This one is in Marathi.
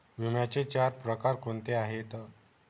विम्याचे चार प्रकार कोणते आहेत?